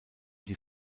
die